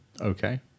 Okay